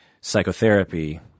psychotherapy